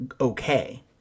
okay